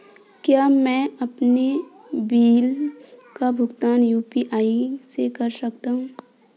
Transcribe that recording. क्या मैं अपने बिल का भुगतान यू.पी.आई से कर सकता हूँ?